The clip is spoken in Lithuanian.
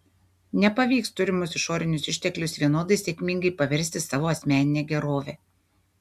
nepavyks turimus išorinius išteklius vienodai sėkmingai paversti savo asmenine gerove